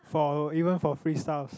for even for free stuffs